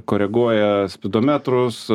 koreguoja spidometrus